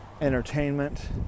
entertainment